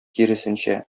киресенчә